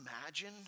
imagine